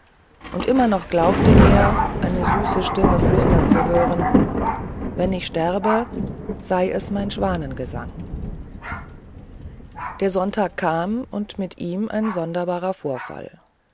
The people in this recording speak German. und immer noch glaubte er eine süße stimme flüstern zu hören wenn ich sterbe sei es mein schwanengesang der sonntag kam und mit ihm ein sonderbarer vorfall